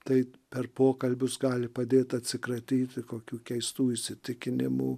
taip per pokalbius gali padėt atsikratyti kokių keistų įsitikinimų